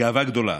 גאווה גדולה.